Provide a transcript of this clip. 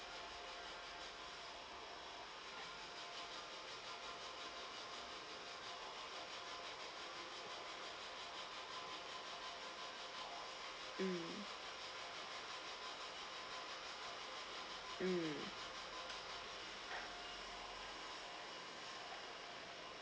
mm